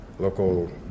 Local